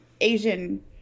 Asian